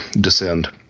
descend